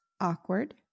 Awkward